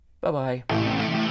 Bye-bye